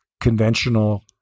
conventional